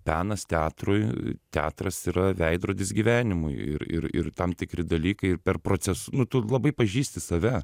penas teatrui teatras yra veidrodis gyvenimui ir ir ir tam tikri dalykai ir per proces nu tu labai pažįsti save